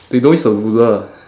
they don't use a ruler